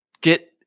get